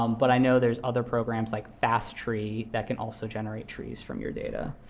um but i know there's other programs like fasttree that can also generate trees from your data.